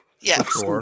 Yes